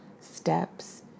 steps